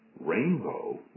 rainbow